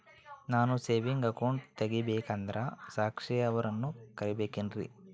ನಾನು saving account ತೆಗಿಬೇಕಂದರ ಸಾಕ್ಷಿಯವರನ್ನು ಕರಿಬೇಕಿನ್ರಿ?